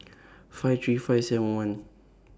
five three five seven one